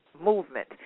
movement